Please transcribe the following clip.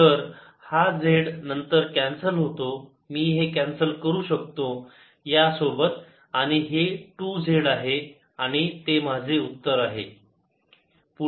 तर हा z नंतर कॅन्सल होतो मी हे कॅन्सल करू शकतो यासोबत आणि हे 2 z आहे आणि ते माझे उत्तर आहे